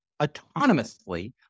autonomously